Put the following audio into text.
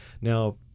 now